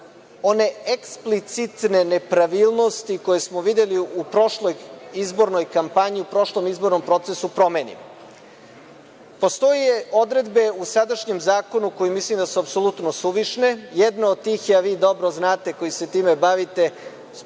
one eksplicitne nepravilnosti koje smo videli u prošloj izbornoj kampanji, u prošlom izbornom procesu, promenimo. Postoje odredbe u sadašnjem zakonu koje mislim da su apsolutno suvišne. Jedna od tih je, a vi dobro znate koji se time bavite,